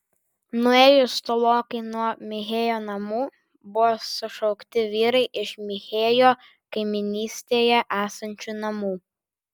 nuėjus tolokai nuo michėjo namų buvo sušaukti vyrai iš michėjo kaimynystėje esančių namų